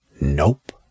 Nope